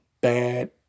Bad